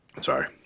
Sorry